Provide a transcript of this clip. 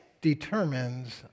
determines